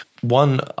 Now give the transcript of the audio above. One